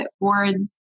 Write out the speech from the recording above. boards